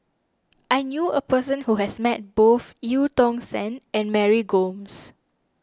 I knew a person who has met both Eu Tong Sen and Mary Gomes